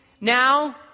now